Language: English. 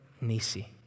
Nisi